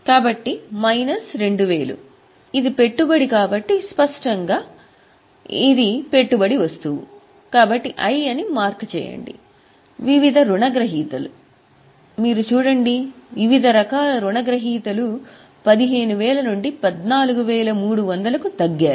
కాబట్టి మైనస్ 2000 ఇది పెట్టుబడి కాబట్టి స్పష్టంగా ఇది పెట్టుబడి వస్తువు కాబట్టి I అని మార్క్ చేయండి వివిధ రుణగ్రహీతలు మీరు చూడండి వివిధ రకాల రుణగ్రహీతలు 15000 నుండి 14300 కు తగ్గారు